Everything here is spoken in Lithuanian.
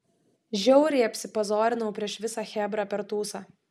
žiauriai apsipazorinau prieš visą chebrą per tūsą